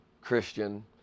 Christian